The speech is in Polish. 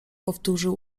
powtórzył